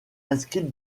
inscrite